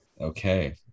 okay